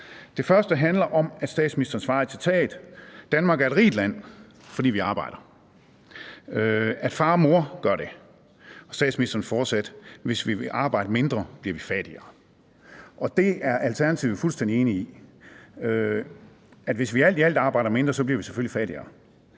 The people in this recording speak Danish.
Det første handler om, at statsministeren svarede: Danmark er et rigt land, fordi vi arbejder; at far og mor gør det. Statsministeren fortsatte: Hvis vi vil arbejde mindre, bliver vi fattigere. Det er Alternativet fuldstændig enige i, altså at hvis vi alt i alt arbejder mindre, bliver vi selvfølgelig fattigere.